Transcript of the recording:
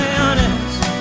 honest